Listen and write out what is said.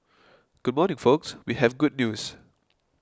good morning folks we have good news